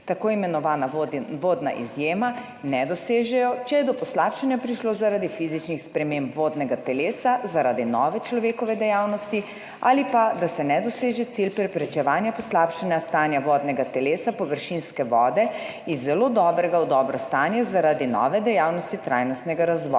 tako imenovana vodna izjema, ne dosežejo, če je do poslabšanja prišlo zaradi fizičnih sprememb vodnega telesa zaradi nove človekove dejavnosti, ali pa da se ne doseže cilja preprečevanja poslabšanja stanja vodnega telesa površinske vode iz zelo dobrega v dobro stanje zaradi nove dejavnosti trajnostnega razvoja.